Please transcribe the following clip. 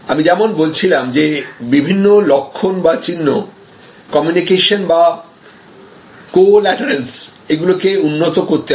আমি যেমন বলছিলাম যে বিভিন্ন লক্ষণ বা চিহ্ন কমিউনিকেশন বা কোল্যাটেরালস এগুলি কে উন্নত করতে হবে